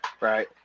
right